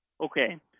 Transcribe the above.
Okay